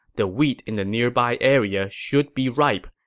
the wheat in the nearby area should be ripe.